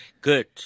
Good